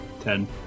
Ten